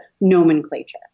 nomenclature